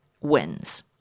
wins